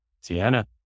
Sienna